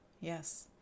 Yes